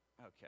okay